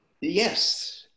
Yes